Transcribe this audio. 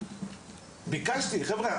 ביקשתי - חבר'ה,